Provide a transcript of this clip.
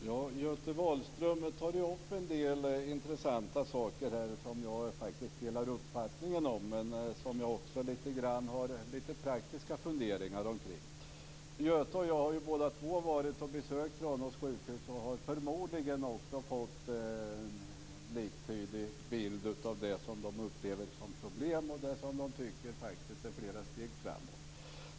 Fru talman! Göte Wahlström tar upp en del intressanta saker som jag faktiskt delar uppfattningen om men som jag också har praktiska funderingar omkring. Göte Wahlström och jag har besökt Tranås sjukhus och har förmodligen också fått en liktydig bild av det som man där upplever som problem och av det som man tycker är flera steg framåt.